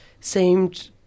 seemed